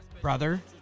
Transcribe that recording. brother